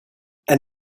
and